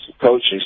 coaches